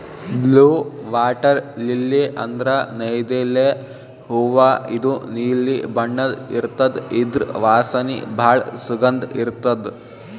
blue water lily ಅಂದ್ರ ನೈದಿಲೆ ಹೂವಾ ಇದು ನೀಲಿ ಬಣ್ಣದ್ ಇರ್ತದ್ ಇದ್ರ್ ವಾಸನಿ ಭಾಳ್ ಸುಗಂಧ್ ಇರ್ತದ್